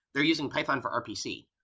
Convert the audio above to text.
they're using python for rpc.